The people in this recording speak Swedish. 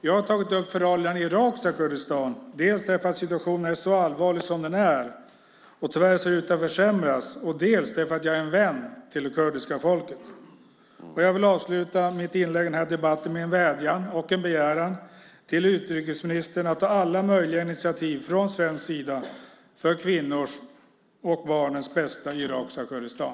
Jag har tagit upp förhållandena i irakiska Kurdistan dels därför att situationen är så allvarlig som den är och tyvärr ser ut att försämras, dels därför att jag är en vän till det kurdiska folket. Jag vill avsluta mitt inlägg i den här debatten med en vädjan och en begäran till utrikesministern att ta alla möjliga initiativ från svensk sida för kvinnornas och barnens bästa i irakiska Kurdistan.